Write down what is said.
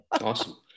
Awesome